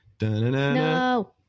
No